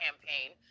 campaign